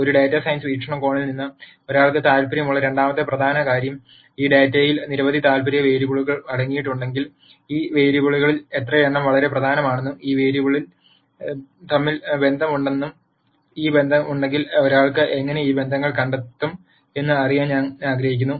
ഒരു data science വീക്ഷണകോണിൽ നിന്ന് ഒരാൾക്ക് താൽപ്പര്യമുള്ള രണ്ടാമത്തെ പ്രധാന കാര്യം ഈ ഡാറ്റയിൽ നിരവധി താൽപ്പര്യ വേരിയബിളുകൾ അടങ്ങിയിട്ടുണ്ടെങ്കിൽ ഈ വേരിയബിളുകളിൽ എത്രയെണ്ണം വളരെ പ്രധാനമാണെന്നും ഈ വേരിയബിളുകൾ തമ്മിൽ ബന്ധങ്ങളുണ്ടെന്നും ഈ ബന്ധങ്ങളുണ്ടെങ്കിൽ ഒരാൾ എങ്ങനെ ഈ ബന്ധങ്ങൾ കണ്ടെത്തും എന്നും അറിയാൻ ഞാൻ ആഗ്രഹിക്കുന്നു